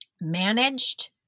managed